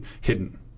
hidden